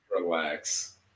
Relax